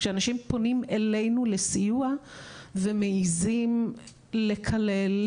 שאנשים פונים אלינו לסיוע ומעזים לקלל,